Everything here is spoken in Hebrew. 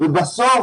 בסוף